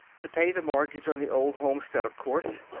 to pay the mortgage on the old homestead, of course.